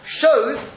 shows